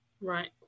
right